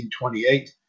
1928